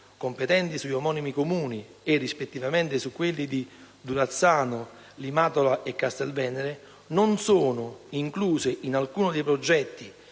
competenti sugli omonimi Comuni e, rispettivamente, su quelli di Durazzano, Limatola e Castelvenere, non sono incluse in alcuno dei progetti,